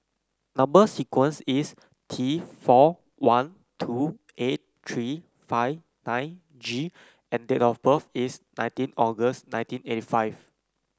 number sequence is T four one two eight three five nine G and date of birth is nineteen August nineteen eighty five